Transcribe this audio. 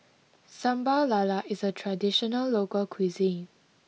Sambal Lala is a traditional local cuisine